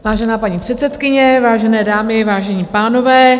Vážená paní předsedkyně, vážené dámy, vážení pánové.